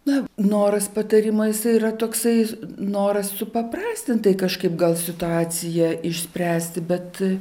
na noras patarimo yra toksai noras supaprastint tai kažkaip gal situaciją išspręsti bet